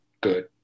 good